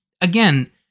again